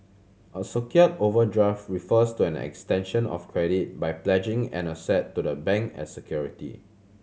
a secured overdraft refers to an extension of credit by pledging an asset to the bank as security